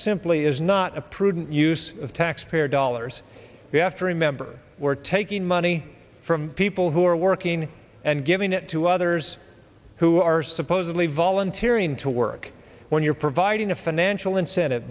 simply is not a prudent use of taxpayer dollars we have to remember where to taking money from people who are working and giving it to others who are supposedly volunteering to work when you're providing a financial in